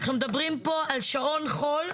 אנחנו מדברים פה על שעון חול,